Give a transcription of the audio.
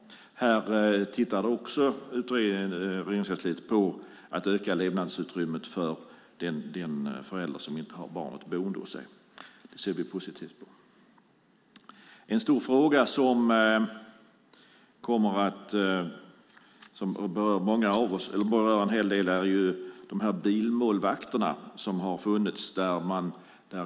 Här ser Regeringskansliet på möjligheten att öka levnadsutrymmet för den förälder som inte har barnet boende hos sig. Det ser vi positivt på. En stor fråga som berör en hel del gäller de bilmålvakter som har funnits.